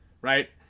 right